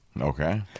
Okay